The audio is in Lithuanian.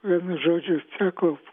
vienu žodžiu sako